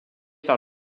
par